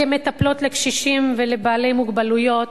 כמטפלות בקשישים ובבעלי מוגבלויות,